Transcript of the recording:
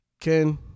Ken